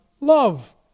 love